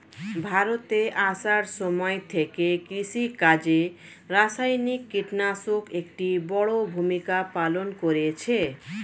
ভারতে আসার সময় থেকে কৃষিকাজে রাসায়নিক কিটনাশক একটি বড়ো ভূমিকা পালন করেছে